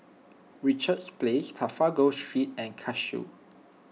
Richards Place Trafalgar Street and Cashew